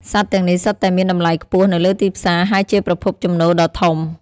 សត្វទាំងនេះសុទ្ធតែមានតម្លៃខ្ពស់នៅលើទីផ្សារ ហើយជាប្រភពចំណូលដ៏ធំ។